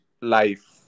life